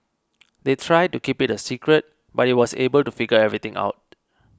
they tried to keep it a secret but he was able to figure everything out